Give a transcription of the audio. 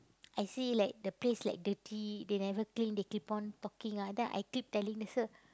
I see like the place like dirty they never clean they keep on talking ah then I keep telling sir